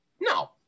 No